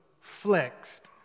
flexed